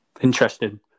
Interesting